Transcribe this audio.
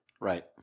Right